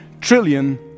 trillion